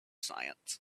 science